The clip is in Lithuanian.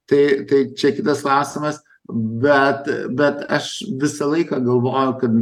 tai tai čia kitas klausimas bet bet aš visą laiką galvoju kad